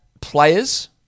players